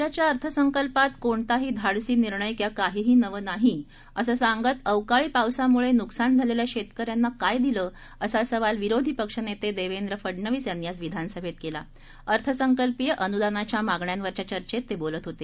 राज्याच्या अर्थसंकल्पात कोणताही धाडसी निर्णय किंवा काहीही नवं नाही असं सांगत अवकाळी पावसामुळे नुकसान झालेल्या शेतकऱ्यांना काय दिलं असा सवाल विरोधी पक्षनेते देवेंद्र फडणवीस यांनी आज विधानसभेत केला अर्थसंकल्पीय अनुदानाच्या मागण्यांवरील चर्चेत ते बोलत होते